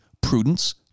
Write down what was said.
prudence